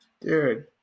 Dude